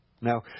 Now